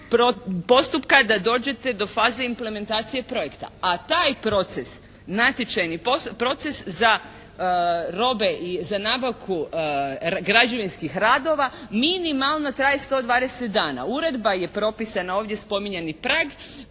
postupka da dođete do faze implementacije projekta, a taj proces natječajni proces za robe i za nabavku građevinskih radova minimalno traje 120 dana. Uredba je propisana ovdje spominjani prag,